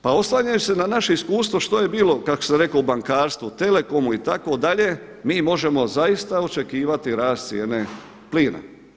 Pa oslanjaju se na naše iskustvo što je bilo što sam rekao u bankarstvu, telekomu itd. mi možemo zaista očekivati rast cijene plina.